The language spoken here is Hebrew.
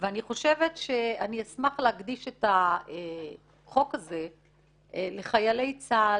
ואני חושבת שאני אשמח להקדיש את החוק הזה לחיילי צה"ל,